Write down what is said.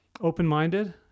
open-minded